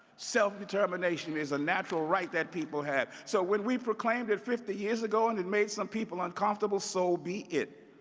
self-determination is a natural right that people have. so when we proclaim it fifty years ago and it made some people uncomfortable, so be it.